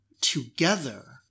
together